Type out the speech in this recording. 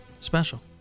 special